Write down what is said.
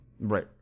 right